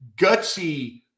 gutsy